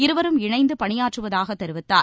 இருவரும் இணைந்து பணியாற்றுவதாக தெரிவித்தார்